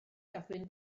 gadwyn